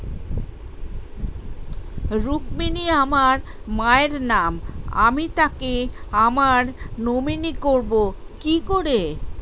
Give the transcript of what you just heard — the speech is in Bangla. রুক্মিনী আমার মায়ের নাম আমি তাকে আমার নমিনি করবো কি করে?